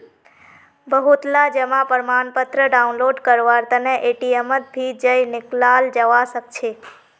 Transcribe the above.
बहुतला जमा प्रमाणपत्र डाउनलोड करवार तने एटीएमत भी जयं निकलाल जवा सकछे